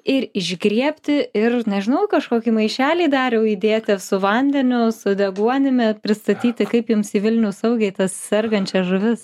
ir išgriebti ir nežinau į kažkokį maišelį dariau įdėti su vandeniu su deguonimi pristatyti kaip jums į vilnių saugiai tas sergančias žuvis